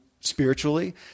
spiritually